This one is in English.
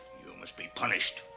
you must be punished.